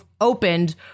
opened